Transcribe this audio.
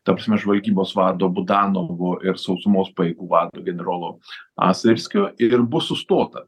ta prasme žvalgybos vado budanovo ir sausumos pajėgų vado generolo a svirskio ir ir bus sustota